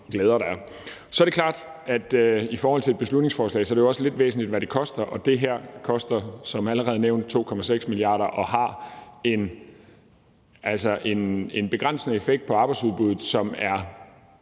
glæder, der er. Så er det klart, at i forhold til et beslutningsforslag er det jo også lidt væsentligt, hvad det koster, og det her koster som allerede nævnt 2,6 mia. kr. og har en begrænsende effekt på arbejdsudbuddet. Det